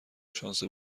شانس